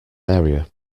area